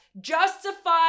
justify